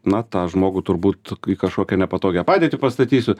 na tą žmogų turbūt į kažkokią nepatogią padėtį pastatysiu